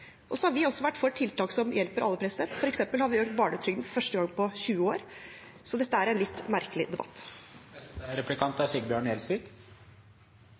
har også vært for tiltak som hjelper alle, f.eks. har vi økt barnetrygden for første gang på 20 år. Så dette er en litt merkelig debatt.